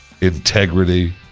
integrity